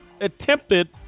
attempted